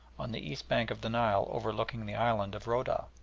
on the east bank of the nile overlooking the island of rhodah.